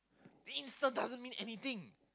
the Insta doesn't mean anything